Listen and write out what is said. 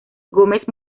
gómez